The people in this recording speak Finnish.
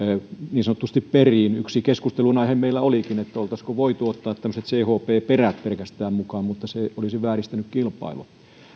niin sanotusti chp periin yksi keskustelun aihe meillä olikin oltaisiinko voitu ottaa tämmöiset chp perät pelkästään mukaan mutta se olisi vääristänyt kilpailua